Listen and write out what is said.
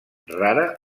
rara